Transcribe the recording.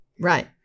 Right